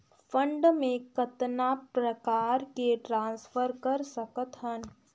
Fund मे कतना प्रकार से ट्रांसफर कर सकत हन?